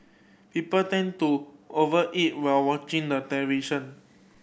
people tend to over eat while watching the television